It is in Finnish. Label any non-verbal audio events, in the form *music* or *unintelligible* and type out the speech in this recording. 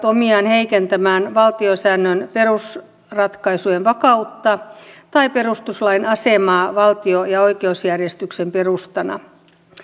*unintelligible* omiaan heikentämään valtiosäännön perusratkaisujen vakautta tai perustuslain asemaa valtio ja oikeusjärjestyksen perustana on